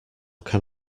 can